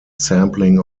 sampling